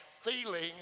feeling